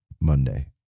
Monday